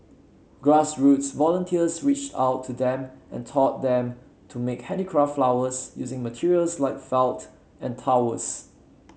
grass roots volunteers reached out to them and taught them to make handicraft flowers using materials like felt and towels